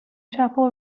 chapel